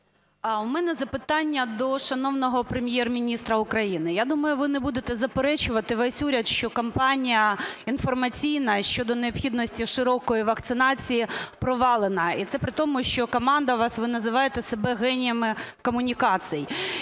В мене запитання до шановного Прем'єр-міністра України. Я думаю, ви не будете заперечувати, весь уряд, що кампанія інформаційна щодо необхідності широкої вакцинації провалена, і це притому що команда у вас, ви називайте себе геніями комунікацій.